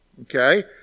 okay